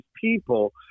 people